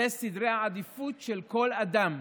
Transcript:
אלה סדרי העדיפויות של כל אדם.